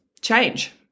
change